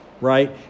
right